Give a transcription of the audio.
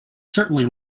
certainly